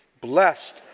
Blessed